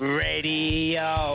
radio